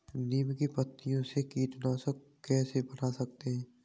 नीम की पत्तियों से कीटनाशक कैसे बना सकते हैं?